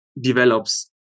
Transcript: develops